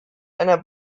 einer